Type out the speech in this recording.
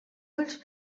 ulls